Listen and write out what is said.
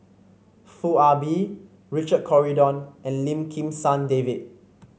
Foo Ah Bee Richard Corridon and Lim Kim San David